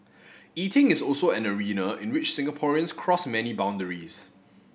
eating is also an arena in which Singaporeans cross many boundaries